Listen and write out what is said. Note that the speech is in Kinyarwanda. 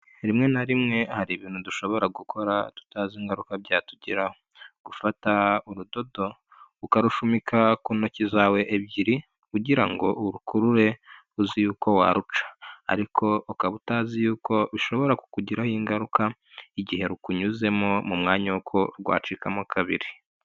Rimwe na rimwe hari ibintu dushobora gukora tutazi ingaruka byatugiraho gufata urudodo ukarushumika ku ntoki zawe ebyiri kugira ngo urukurure uzi yuko waruca ariko ukaba utazi yuko bishobora kukugiraho ingaruka igihe rukunyuzemo mu mwanya w'uko rwacikamo kabiri.